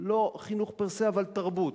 לא חינוך פר-סה אבל תרבות,